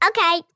Okay